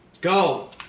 Go